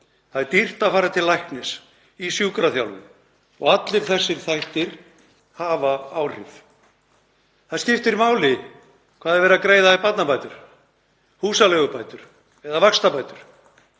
það er dýrt að fara til læknis, í sjúkraþjálfun og allir þessir þættir hafa áhrif. Það skiptir máli hvað er verið að greiða í barnabætur, húsaleigubætur eða vaxtabætur.